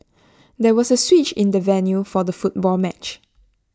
there was A switch in the venue for the football match